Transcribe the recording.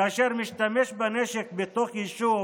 כאשר הוא משתמש בנשק בתוך יישוב